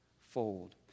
fold